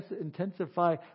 intensify